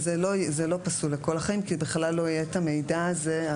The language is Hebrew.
זה לא פסול לכל החיים כי בכלל לא יהיה את המידע הזה.